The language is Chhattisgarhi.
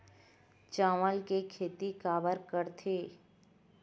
चावल के खेती काबर करथे?